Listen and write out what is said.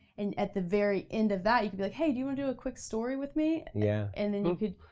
and at the very end of that you could be like, hey do you wanna and do a quick story with me? yeah. and then you could.